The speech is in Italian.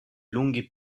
lunghi